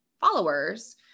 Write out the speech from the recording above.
followers